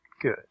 Good